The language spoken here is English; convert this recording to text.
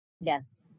Yes